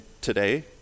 today